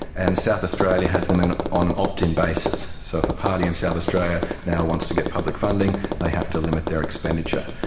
and south australia has them on an opt-in basis. so if a party in south australia now wants to get public funding, they have to limit their expenditure.